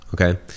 okay